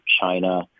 China